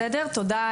תודה,